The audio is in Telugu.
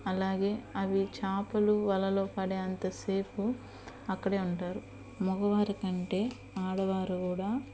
అలాగే అవి చేపలు వలలో పడేంతసేపు అక్కడే ఉంటారు మగవారి కంటే ఆడవారు కూడా